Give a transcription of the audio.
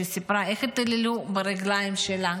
שסיפרה איך התעללו ברגליים שלה,